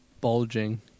bulging